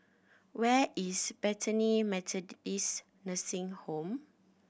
where is Bethany Methodist Nursing Home